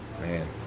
Man